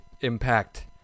impact